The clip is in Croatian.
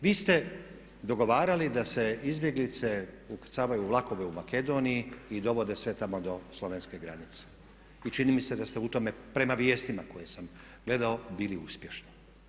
Vi ste dogovarali da se izbjeglice ukrcavaju u vlakove u Makedoniji i dovode sve tamo do slovenske granice i čini mi se da ste u tome prema vijestima koje sam gledao bili uspješni.